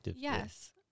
Yes